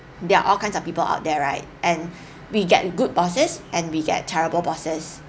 there are all kinds of people out there right and we get good bosses and we get terrible bosses